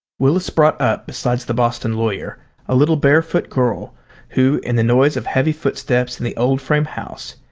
willis brought up besides the boston lawyer a little barefoot girl who in the noise of heavy footsteps in the old frame house,